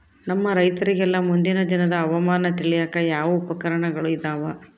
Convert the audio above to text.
ನಮ್ಮ ರೈತರಿಗೆಲ್ಲಾ ಮುಂದಿನ ದಿನದ ಹವಾಮಾನ ತಿಳಿಯಾಕ ಯಾವ ಉಪಕರಣಗಳು ಇದಾವ?